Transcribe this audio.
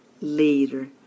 later